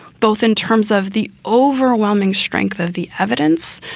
both in terms of the overwhelming strength of the evidence.